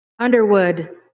Underwood